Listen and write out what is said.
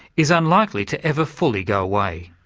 is unlikely to ever fully go away.